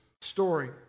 story